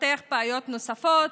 לפתח בעיות נוספות,